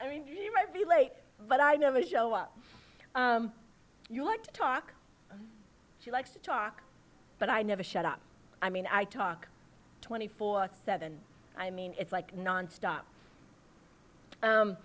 i mean you might be late but i never show up you want to talk she likes to talk but i never shut up i mean i talk twenty four seven i mean it's like nonstop